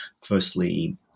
firstly